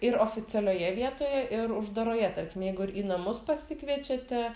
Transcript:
ir oficialioje vietoje ir uždaroje tarkim jeigu į namus pasikviečiate